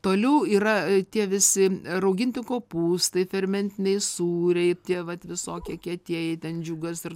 toliau yra tie visi rauginti kopūstai fermentiniai sūriai tie vat visokie kietieji ten džiugas ir